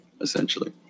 essentially